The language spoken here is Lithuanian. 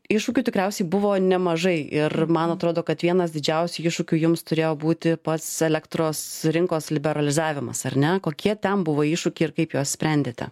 iššūkių tikriausiai buvo nemažai ir man atrodo kad vienas didžiausių iššūkių jums turėjo būti pats elektros rinkos liberalizavimas ar ne kokie ten buvo iššūkiai ir kaip juos sprendėte